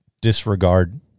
disregard